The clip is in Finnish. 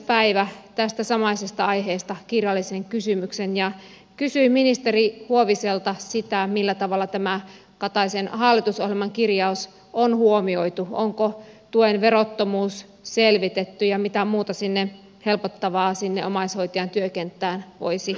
päivä tästä samaisesta aiheesta kirjallisen kysymyksen ja kysyin ministeri huoviselta sitä millä tavalla tämä kataisen hallitusohjelman kirjaus on huomioitu onko tuen verottomuus selvitetty ja mitä muuta helpottavaa omaishoitajan työkenttään voisi tulla